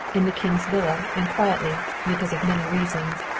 in the king's villa and quietly, because of many reasons,